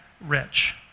rich